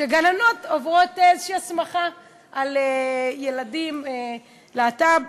שגננות עוברות איזושהי הסמכה על ילדים להט"ב.